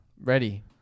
Ready